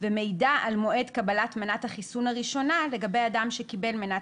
ומידע על מועד קבלת מנת החיסון הראשונה לגבי אדם שקיבל מנת